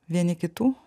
vieni kitų